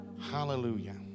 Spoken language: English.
Hallelujah